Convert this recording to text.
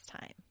time